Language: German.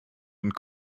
und